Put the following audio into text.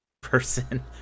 person